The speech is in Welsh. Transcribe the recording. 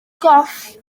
goll